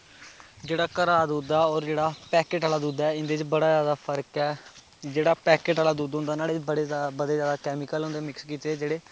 जेह्ड़ी घरा दा दुद्ध ऐ होर जेह्ड़ा पैकेट आह्ला दुद्ध ऐ एह्दे च बड़ा जादा फर्क ऐ जेह्ड़ा पैकेट आह्ला दुद्ध होंदा नुहाड़े च बड़े जादा बड़े जादा कैमिकल होंदे मिक्स कीते दे जेह्ड़े